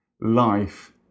Life